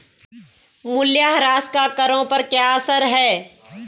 मूल्यह्रास का करों पर क्या असर है?